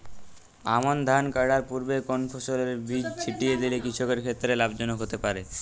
আমন ধান কাটার পূর্বে কোন ফসলের বীজ ছিটিয়ে দিলে কৃষকের ক্ষেত্রে লাভজনক হতে পারে?